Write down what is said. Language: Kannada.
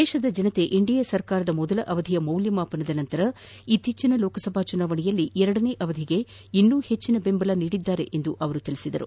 ದೇಶದ ಜನರು ಎನ್ಡಿಎ ಸರ್ಕಾರದ ಮೊದಲ ಅವಧಿಯ ಮೌಲ್ಯಮಾಪನದ ಬಳಿಕ ಇತ್ತೀಚಿನ ಲೋಕಸಭಾ ಚುನಾವಣೆಯಲ್ಲಿ ಎರಡನೇ ಅವಧಿಗೆ ಇನ್ನೂ ಹೆಚ್ಚಿನ ಬೆಂಬಲ ನೀಡಿದ್ದಾರೆ ಎಂದು ಅವರು ತಿಳಿಸಿದರು